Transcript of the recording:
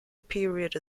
period